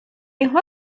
його